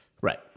Right